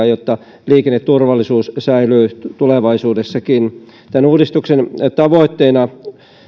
jotta liikenneturvallisuus säilyy tulevaisuudessakin tässä on niin isoja muutoksia tämän uudistuksen tavoitteena